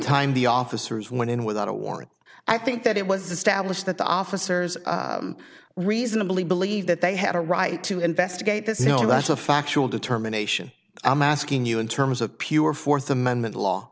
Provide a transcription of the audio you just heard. time the officers went in without a warrant i think that it was established that the officers reasonably believe that they had a right to investigate this matter of factual determination i'm asking you in terms of pure fourth amendment law